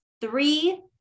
three